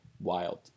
wild